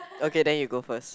okay then you go first